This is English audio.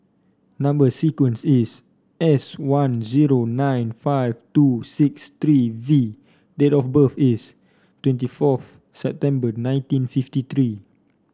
number sequence is S one zero nine five two six three V date of birth is twenty four September nineteen fifty three